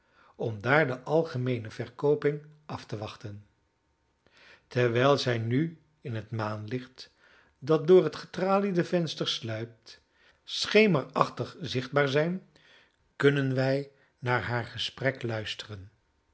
om daar de algemeene verkooping af te wachten terwijl zij nu in het maanlicht dat door het getraliede venster sluipt schemerachtig zichtbaar zijn kunnen wij naar haar gesprek luisteren